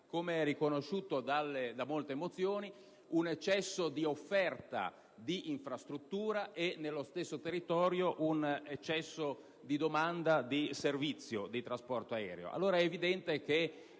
come riconosciuto da molte mozioni, un eccesso di offerta di infrastruttura e, nello stesso territorio, un eccesso di domanda di servizio di trasporto aereo.